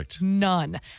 none